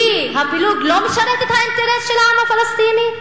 הפילוג לא משרת את האינטרס של העם הפלסטיני?